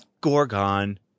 Gorgon